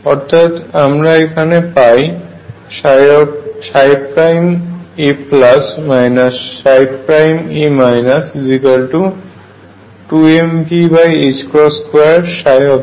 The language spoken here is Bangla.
অর্থাৎ আমরা এখানে পাই a a 2mV2 ψ a